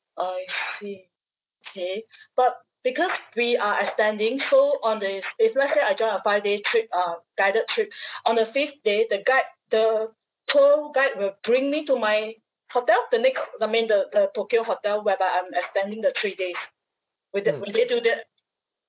I see K but because we are extending so on this if let's say I join a five day trip uh guided trip on the fifth day the guide the tour guide will bring me to my hotel the next I mean the the tokyo hotel whereby I'm extending the three days would the would they do that